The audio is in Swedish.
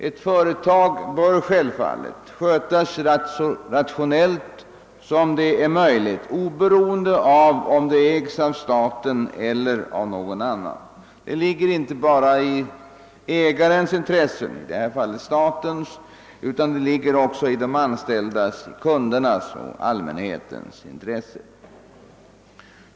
Ett företag bör självfallet skötas så rationellt som möjligt, oberoende av om det ägs av staten eller av någon annan; det ligger inte bara i ägarens — i detta fall statens — utan också i de anställdas, kundernas och allmänhetens intresse.